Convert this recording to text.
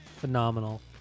phenomenal